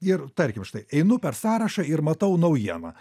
ir tarkim štai einu per sąrašą ir matau naujieną